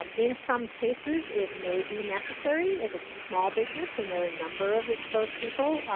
um in some cases, it may be necessary, if it's a small business and there are a number of exposed people.